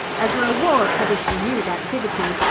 as a reward for this renewed activity,